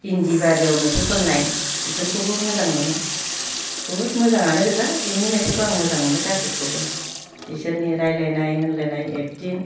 इन्दि बारियाव मेथाइ खननाय इफोरखौबो मोजां मोनो बुहुद मोजाङानोगोजा इनि मेथाइखौ आं मोजां मोनो गासिबखौबो इसोरनि रायज्लायनाय होनलायानाय एक्टिं